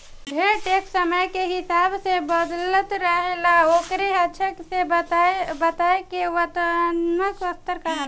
ढेरे टैक्स समय के हिसाब से बदलत रहेला ओकरे अच्छा से बताए के वर्णात्मक स्तर कहाला